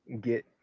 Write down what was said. get